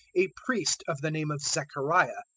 a priest of the name of zechariah,